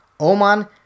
Oman